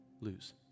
lose